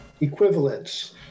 equivalence